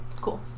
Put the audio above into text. cool